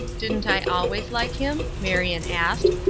didn't i always like him, marion asked,